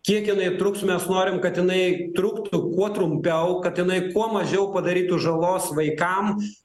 kiek jinai truks mes norim kad jinai truktų kuo trumpiau kad jinai kuo mažiau padarytų žalos vaikam